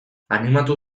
animatu